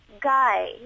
guy